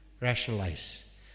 rationalize